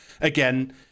Again